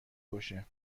کشه